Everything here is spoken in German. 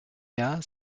jahr